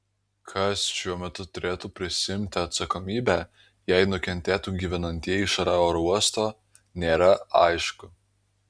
kas šiuo metu turėtų prisiimti atsakomybę jei nukentėtų gyvenantieji šalia oro uosto nėra aišku